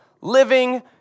living